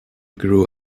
grew